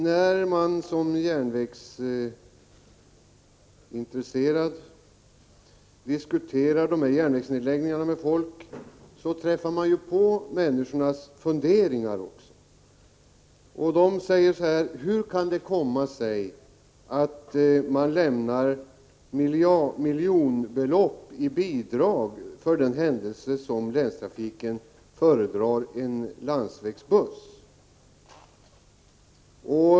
När man som järnvägsintresserad diskuterar järnvägsnedläggningarna med folk får man också ta del av människornas funderingar. De säger: Hur kan det komma sig att man lämnar miljonbelopp i bidrag om Länstrafiken föredrar en landsvägsbuss?